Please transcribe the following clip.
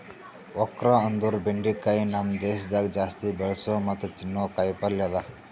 okra ಅಂದುರ್ ಬೆಂಡಿಕಾಯಿ ನಮ್ ದೇಶದಾಗ್ ಜಾಸ್ತಿ ಬೆಳಸೋ ಮತ್ತ ತಿನ್ನೋ ಕಾಯಿ ಪಲ್ಯ ಅದಾ